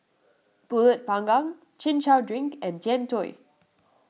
Pulut Panggang Chin Chow Drink and Jian Dui